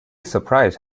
surprised